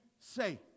say